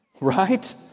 Right